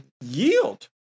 yield